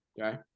Okay